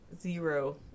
zero